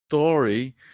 story